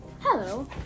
Hello